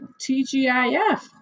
tgif